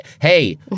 Hey